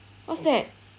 what's that